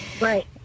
Right